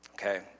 Okay